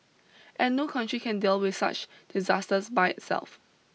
and no country can deal with such disasters by itself